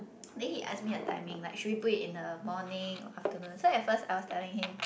then he ask me the timing like should we put it in the morning or afternoon so at first I was telling him